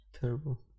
terrible